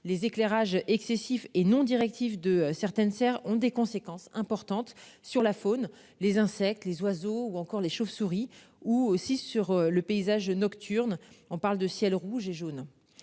les éclairages excessifs et non directive de certaines ont des conséquences importantes sur la faune, les insectes, les oiseaux ou encore les chauves-souris ou aussi sur le paysage nocturne, on parle de ciel rouge et jaune.